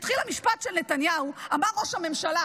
כשהתחיל המשפט של נתניהו, אמר ראש הממשלה: